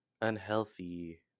unhealthy